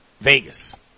Vegas